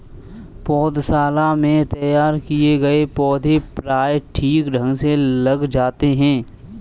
पौधशाला में तैयार किए गए पौधे प्रायः ठीक ढंग से लग जाते हैं